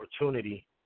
opportunity